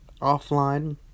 offline